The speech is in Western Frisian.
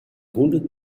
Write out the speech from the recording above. hûndert